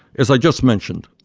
as i just mentioned,